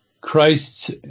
Christ's